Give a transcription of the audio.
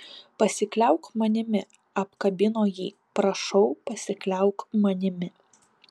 pasikliauk manimi apkabino jį prašau pasikliauk manimi